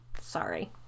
Sorry